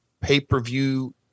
pay-per-view